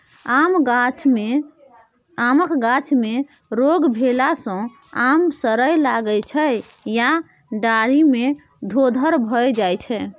आमक गाछ मे रोग भेला सँ आम सरय लगै छै या डाढ़ि मे धोधर भए जाइ छै